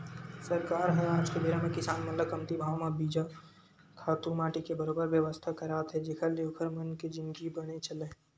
सरकार ह आज के बेरा म किसान मन ल कमती भाव म बीजा, खातू माटी के बरोबर बेवस्था करात हे जेखर ले ओखर मन के जिनगी बने चलय